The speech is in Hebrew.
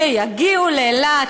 שיגיעו לאילת,